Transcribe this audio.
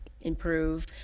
improve